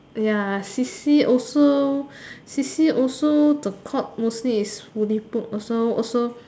ya C_C also C_C also the court mostly is fully booked also also